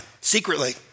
secretly